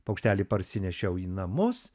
paukštelį parsinešiau į namus